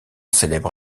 célèbre